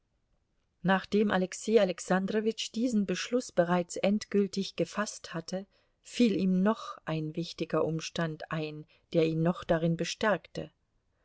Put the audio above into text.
nachdem alexei alexandrowitsch diesen beschluß bereits endgültig gefaßt hatte fiel ihm noch ein wichtiger umstand ein der ihn noch darin bestärkte